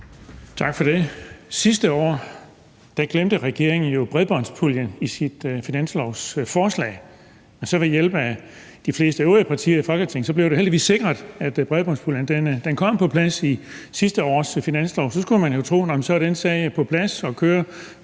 Sidste år glemte regeringen jo bredbåndspuljen i sit finanslovsforslag, men ved hjælp af de fleste øvrige partier i Folketinget blev det heldigvis sikret, at bredbåndspuljen kom på plads i sidste års finanslov. Og så skulle man jo tro, at den sag var på plads og kørte,